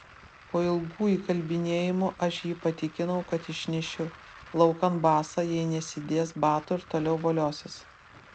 po ilgų įkalbinėjimų aš jį patikinau kad išnešiu laukan basą jei nesidės batų ir toliau voliosis